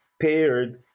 paired